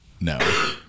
No